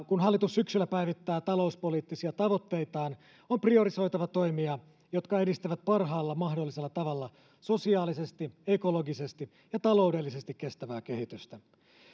kun hallitus syksyllä päivittää talouspoliittisia tavoitteitaan on priorisoitava toimia jotka edistävät parhaalla mahdollisella tavalla sosiaalisesti ekologisesti ja taloudellisesti kestävää kehitystä